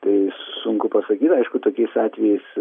kai sunku pasakyt aišku tokiais atvejais